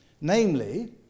namely